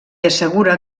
assegura